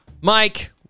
Mike